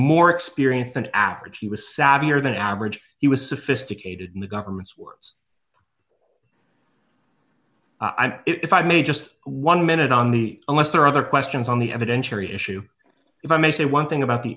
more experienced than average he was savvier than average he was sophisticated in the government's words i've if i may just one minute on the unless there are other questions on the evidentiary issue if i may say one thing about the